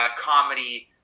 comedy